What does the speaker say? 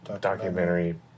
documentary